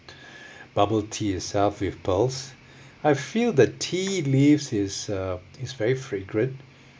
bubble tea itself with pearls I feel the tea leaves is uh is very fragrant